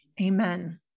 Amen